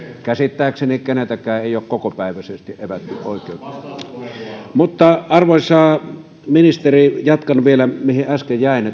käsittääkseni keneltäkään ei ole kokopäiväisesti evätty oikeutta arvoisa ministeri jatkan vielä mihin äsken jäin